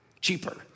cheaper